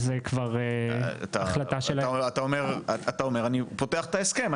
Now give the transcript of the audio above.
אתה אומר, אני פותח את ההסכם.